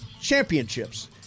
championships